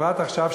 בפרט עכשיו,